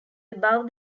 above